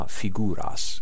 figuras